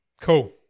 Cool